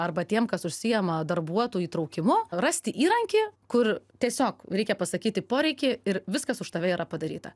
arba tiem kas užsiėma darbuotojų įtraukimu rasti įrankį kur tiesiog reikia pasakyti poreikį ir viskas už tave yra padaryta